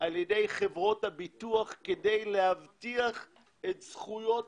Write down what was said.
על ידי חברות הביטוח כדי להבטיח את זכויות